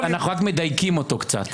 אנחנו רק מדייקים אותו קצת.